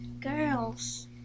girls